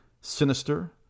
Sinister